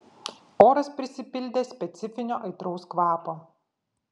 oras prisipildė specifinio aitraus kvapo